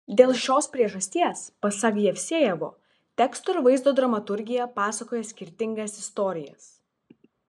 dėl šios priežasties pasak jevsejevo teksto ir vaizdo dramaturgija pasakoja skirtingas istorijas